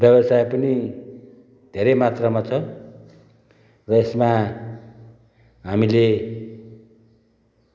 व्यवसाय पनि धेरै मात्रामा छ र यसमा हामीले